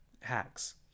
hacks